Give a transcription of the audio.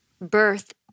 birth